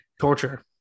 torture